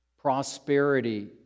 prosperity